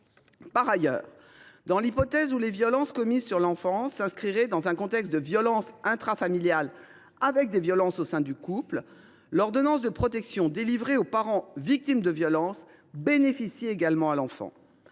Par ailleurs, dans l’hypothèse où les violences commises sur l’enfant s’inscriraient dans un contexte de violences intrafamiliales avec des violences au sein du couple, l’ordonnance de protection délivrée au parent victime de violences profite également à l’enfant.